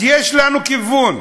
אז יש לנו כיוון.